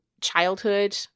childhood